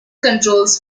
controls